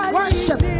worship